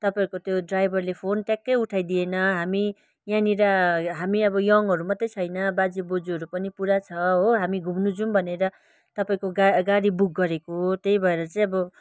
तपाईँहरूको त्यो ड्राइभरले फोन ट्याक्कै उठाइदिएन हामी यहाँनिर हामी अब यङ्हरू मात्रै छैन बाजे बोजूहरू पनि छ पुरा छ हो हामी घुम्नु जाऊँ भनेर तपाईँको गा गाडी बुक गरेको हो त्यही भएर चाहिँ अब